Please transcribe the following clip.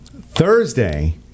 Thursday